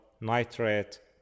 nitrate